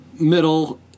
middle